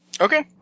Okay